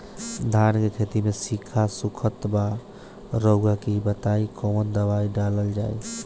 धान के खेती में सिक्का सुखत बा रउआ के ई बताईं कवन दवाइ डालल जाई?